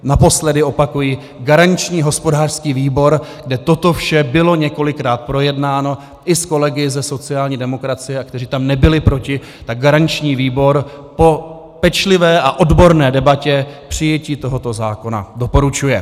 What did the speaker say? Naposled opakuji, garanční hospodářský výbor, kde toto vše bylo několikrát projednáno i s kolegy ze sociální demokracie a kteří tam nebyli proti, tak garanční výbor po pečlivé a odborné debatě přijetí tohoto zákona doporučuje.